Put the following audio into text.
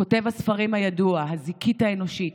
כותב הספרים הידוע, הזיקית האנושית,